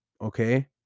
okay